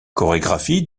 chorégraphie